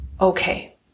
Okay